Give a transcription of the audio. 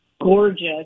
gorgeous